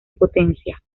potencia